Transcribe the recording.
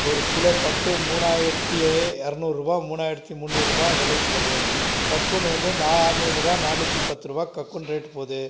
ஒரு கிலோ பட்டு மூணாயிரத்து இரநூறு ரூபா மூணாயிரத்து முந்நூறு ரூபா விலைக்கு போகுது கக்கூனு வந்து நானூறுரூவா நானூற்றி பத்து ரூபா கக்கூன் ரேட் போகுது